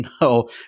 No